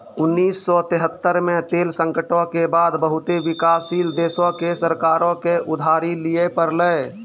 उन्नीस सौ तेहत्तर मे तेल संकटो के बाद बहुते विकासशील देशो के सरकारो के उधारी लिये पड़लै